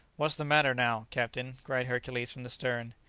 what's the matter now, captain? cried hercules from the stern.